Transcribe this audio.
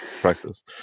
practice